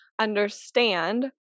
understand